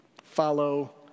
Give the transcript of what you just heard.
Follow